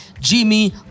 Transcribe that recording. Jimmy